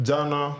Jana